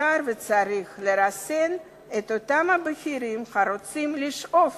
אפשר וצריך לרסן את אותם בכירים הרוצים לשאוב